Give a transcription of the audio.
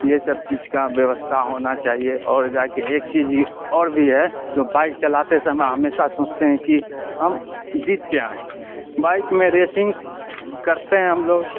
یہ سب چیز کا بیوستھا ہونا چاہیے اور جا کے ایک چیز اور بھی ہے جو بائک چلاتے سمے ہمیشہ سوچتے ہیں کہ ہم جیت کے آئیں بائک میں ریسنگ کرتے ہیں ہم لوگ